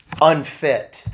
unfit